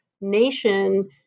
nation